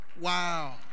Wow